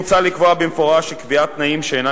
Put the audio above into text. מוצע לקבוע במפורש שקביעת תנאים שאינם